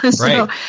right